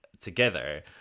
together